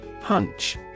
Hunch